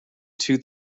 two